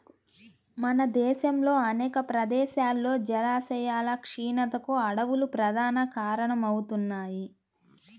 మన దేశంలో అనేక ప్రదేశాల్లో జలాశయాల క్షీణతకు అడవులు ప్రధాన కారణమవుతున్నాయి